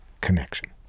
connection